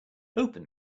open